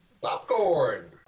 popcorn